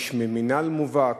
איש מינהל מובהק,